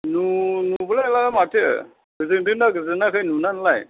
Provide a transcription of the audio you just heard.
नु नुब्लालाय माथो गोजोनदों ना गोजोनाखै नुनानैलाय